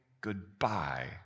goodbye